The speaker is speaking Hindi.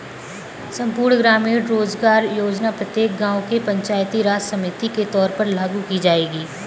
संपूर्ण ग्रामीण रोजगार योजना प्रत्येक गांव के पंचायती राज समिति के तौर पर लागू की जाएगी